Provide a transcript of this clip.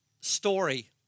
story